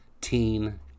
teen